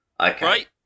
Right